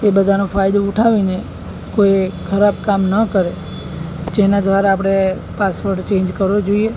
એ બધાનો ફાયદો ઉઠાવીને કોઈ ખરાબ કામ ન કરે જેના દ્વારા આપણે પાસવડ ચેન્જ કરવો જોઈએ